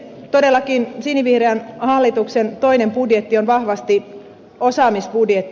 todellakin sinivihreän hallituksen toinen budjetti on vahvasti osaamisbudjetti